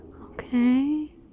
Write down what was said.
Okay